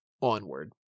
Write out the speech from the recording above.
onward